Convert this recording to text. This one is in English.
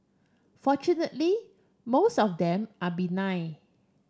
fortunately most of them are benign